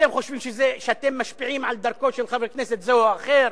אתם חושבים שאתם משפיעים על דרכו של חבר כנסת זה או אחר,